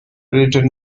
predator